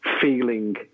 feeling